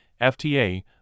FTA